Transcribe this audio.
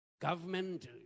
Government